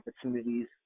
opportunities